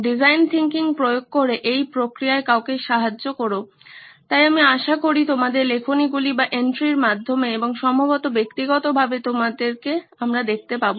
design thinking প্রয়োগ করে এই প্রক্রিয়ায় কাউকে সাহায্য কোরো তাই আমি আশা করি তোমাদের লেখনীগুলির মাধ্যমে এবং সম্ভবত ব্যক্তিগতভাবেও তোমাদেরকে দেখতে পাবো